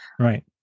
Right